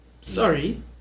...sorry